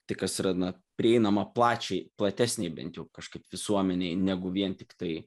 tai kas yra na prieinama plačiai platesnei bet jau kažkaip visuomenei negu vien tiktai